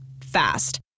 Fast